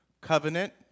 Covenant